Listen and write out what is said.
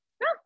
No